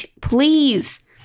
please